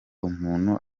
umuntu